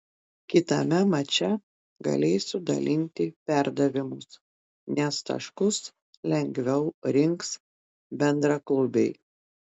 kitame mače galėsiu dalinti perdavimus nes taškus lengviau rinks bendraklubiai